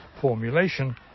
formulation